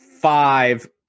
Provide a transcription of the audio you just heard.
five